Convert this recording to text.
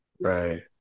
Right